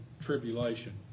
tribulation